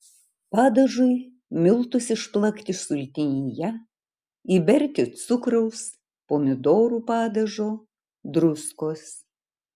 padažui miltus išplakti sultinyje įberti cukraus pomidorų padažo druskos